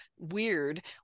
weird